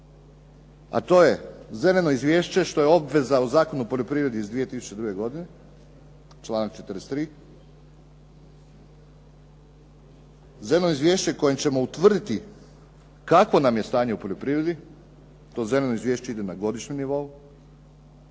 a to je zeleno izvješće što je obveza u Zakonu o poljoprivredi iz 2002. godine, članak 43., zeleno izvješće kojim ćemo utvrditi kakvo nam je stanje u poljoprivredi, to zeleno izvješće ide na godišnjem nivou